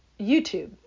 YouTube